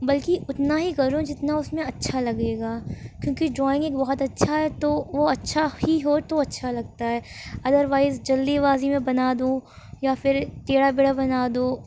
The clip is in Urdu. بلکہ اتنا ہی کروں جتنا اس میں اچھا لگے گا کیونکہ ڈرائنگ ایک بہت اچھا ہے تو وہ اچھا ہی ہو تو وہ اچھا لگتا ہے ادروائز جلدی بازی میں بنا دوں یا پھر ٹیڑھا میڑھا بنا دو